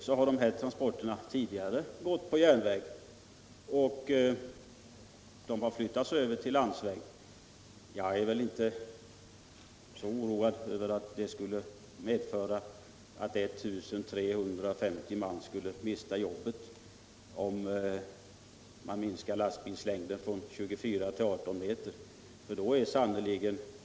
Vad jag vet har transporterna tidigare gått på järnväg. De har flyttats över till landsväg. Men jag är inte så oroad över påståendet om att en eventuell återgång till järnvägstransporter. om man minskade lastbilsfordonens längd från 24 till 18 m, skulle innebära att I 350 man skulle mista jobbet.